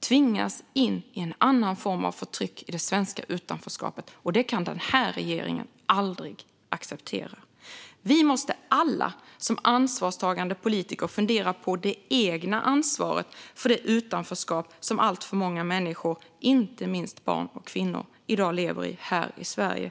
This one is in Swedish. tvingas in i en annan form av förtryck i det svenska utanförskapet. Det kan den här regeringen aldrig acceptera. Som ansvarstagande politiker måste vi alla fundera på vårt eget ansvar för det utanförskap som alltför många människor, inte minst barn och kvinnor, i dag lever i här i Sverige.